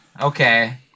okay